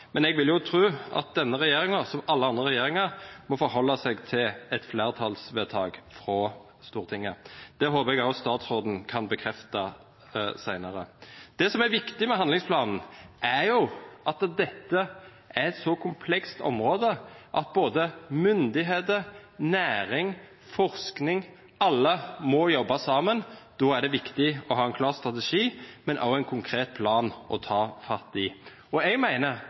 Men jeg vil jo tro at denne regjeringen, som alle andre regjeringer, må forholde seg til et flertallsvedtak i Stortinget. Det håper jeg også statsråden kan bekrefte senere. Det som er viktig med handlingsplanen, er at dette er et så komplekst område at både myndigheter, næring og forskning – alle – må jobbe sammen. Da er det viktig å ha en klar strategi, men også en konkret plan å ta fatt i. Jeg